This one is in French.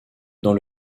dans